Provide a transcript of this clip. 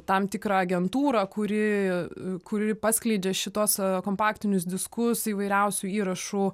tam tikrą agentūrą kuri kuri paskleidžia šituos kompaktinius diskus įvairiausių įrašų